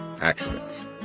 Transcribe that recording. accidents